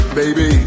baby